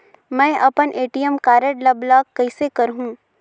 मै अपन ATM card ल ब्लाक कइसे करहूं?